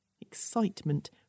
Excitement